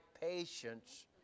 patience